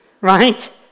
right